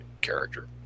character